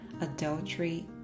adultery